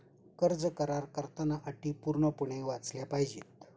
कर्ज करार करताना अटी पूर्णपणे वाचल्या पाहिजे